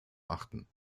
achten